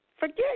Forget